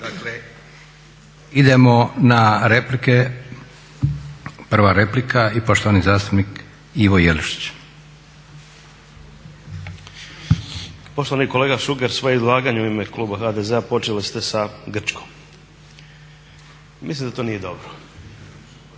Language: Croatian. Dakle, idemo na replike. Prva replika i poštovani zastupnik Ivo Jelušić. **Jelušić, Ivo (SDP)** Poštovani kolega Šuker svoje izlaganje u ime kluba HDZ-a počeli ste sa Grčkom. Mislim da to nije dobro.